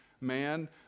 man